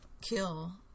kill